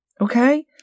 Okay